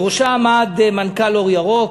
בראשה עמד מנכ"ל "אור ירוק",